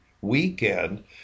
weekend